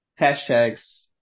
hashtags